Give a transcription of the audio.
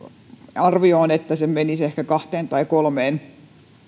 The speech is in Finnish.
arvio on että se menisi ehkä kahteen tai kolmeen